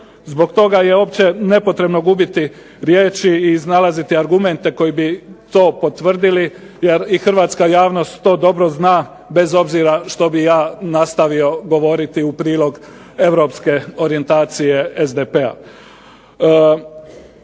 Zbog toga je uopće nepotrebno gubiti riječi i iznalaziti argumente koji bi to potvrdili, jer i hrvatska javnost to dobro zna bez obzira što bih ja nastavio govoriti u prilog europske orijentacije SDP-a.